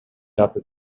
after